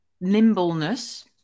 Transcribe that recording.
nimbleness